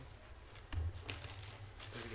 הישיבה